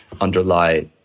underlie